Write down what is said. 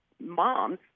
moms